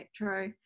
Metro